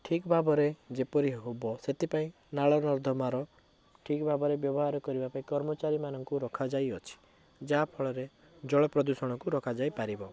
ଠିକ୍ ଭାବରେ ଯେପରି ହବ ସେଥିପାଇଁ ନାଳ ନର୍ଦ୍ଦମାର ଠିକ୍ ଭାବରେ ବ୍ୟବହାର କରିବାପାଇଁ କର୍ମଚାରୀମାନଙ୍କୁ ରଖାଯାଇଅଛି ଯାହାଫଳରେ ଜଳ ପ୍ରଦୂଷଣକୁ ରୋକାଯାଇପାରିବ